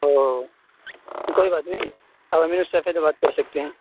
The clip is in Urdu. او کوئی بات نہیں آپ امین السیف سے بات کر سکتے ہیں